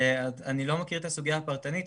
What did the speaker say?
אני לא מכיר את הסוגיה הפרטנית.